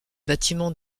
bâtiments